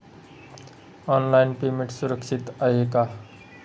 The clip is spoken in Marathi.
ऑनलाईन पेमेंट सुरक्षित आहे का?